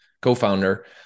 co-founder